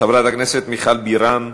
חברת הכנסת מיכל בירן,